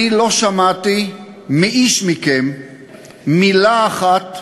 אני לא שמעתי מאיש מכם מילה אחת,